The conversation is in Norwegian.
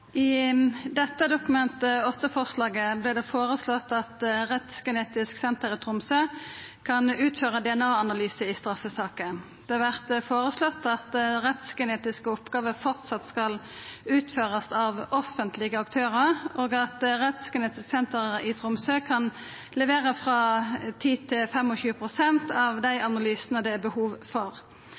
I dette Dokument 8-forslaget vert det føreslått at Rettsgenetisk senter i Tromsø kan utføra DNA-analysar i straffesaker. Det har vore foreslått at rettsgenetiske oppgåver framleis skal utførast av offentlege aktørar, og at Rettsgenetisk senter i Tromsø kan levera frå 10–25 pst. av dei analysane det er behov for.